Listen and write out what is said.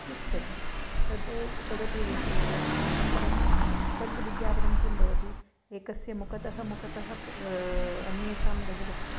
तिष्ठति तद् तदपि विज्ञापनम् अनन्तरं तद् विज्ञापनं किं भवति एकस्य मुखतः मुखतः अन्येषां गृहे गच्छति